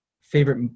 favorite